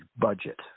budget